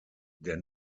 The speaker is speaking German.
der